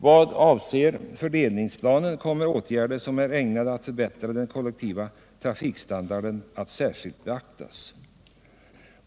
Vad avser fördelningsplanen kommer åtgärder som är ägnade att förbättra den kollektiva trafikstandarden att särskilt beaktas.